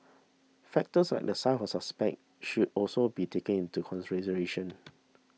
factors like the size of suspect should also be taken into consideration